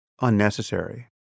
unnecessary